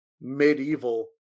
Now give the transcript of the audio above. medieval